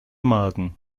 magen